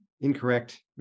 incorrect